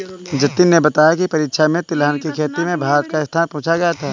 जतिन ने बताया की परीक्षा में तिलहन की खेती में भारत का स्थान पूछा गया था